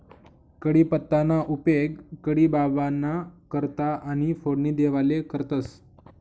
कढीपत्ताना उपेग कढी बाबांना करता आणि फोडणी देवाले करतंस